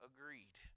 Agreed